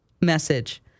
Message